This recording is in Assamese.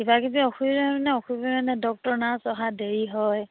কিবা কিবি অসুবিধা মানে অসুবিধা মানে ডক্তৰ নাৰ্ছ অহা দেৰি হয়